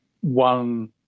one